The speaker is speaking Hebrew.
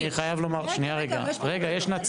רגע, רגע.